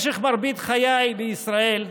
במשך מרבית חיי בישראל,